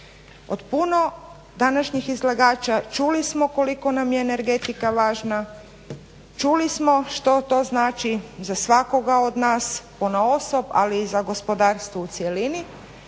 Od puno današnjih izlagača čuli smo koliko nam je energetika važna, čuli smo što to znači za svakoga od nas ponaosob, ali i za gospodarstvo u cjelini.